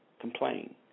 complain